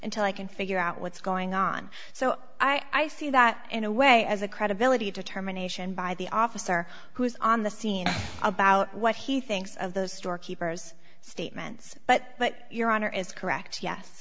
until i can figure out what's going on so i see that in a way as a credibility determination by the officer who is on the scene about what he thinks of those storekeepers statements but but your honor is correct yes